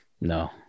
No